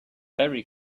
berry